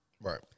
Right